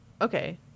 okay